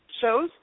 shows